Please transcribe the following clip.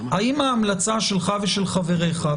האם ההמלצה שלך ושל חבריך,